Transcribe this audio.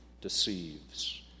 deceives